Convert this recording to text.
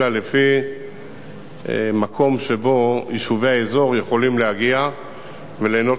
אלא לפי מקום שבו יישובי האזור יכולים להגיע וליהנות